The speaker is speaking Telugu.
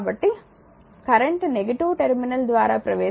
కాబట్టి p vi current negative terminal ద్వారా ప్రవేశిస్తే p vi